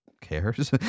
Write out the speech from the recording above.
cares